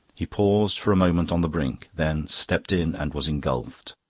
he paused for a moment on the brink, then stepped in and was engulfed.